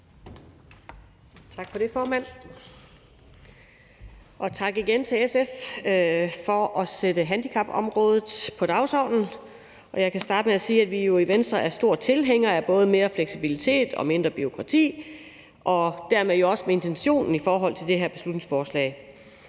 Tak for det, formand. Og tak igen til SF for at sætte handicapområdet på dagsordenen. Jeg vil starte med at sige, at vi i Venstre er store tilhængere af både mere fleksibilitet og mindre bureaukrati og dermed jo også intentionen med det her beslutningsforslag.